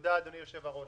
תודה אדוני היושב-ראש,